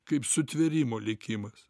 kaip sutvėrimo likimas